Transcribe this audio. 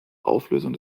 auflösung